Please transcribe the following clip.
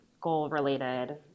goal-related